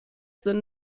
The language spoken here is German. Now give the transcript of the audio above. sind